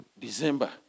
December